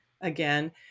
again